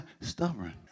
Stubborn